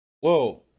whoa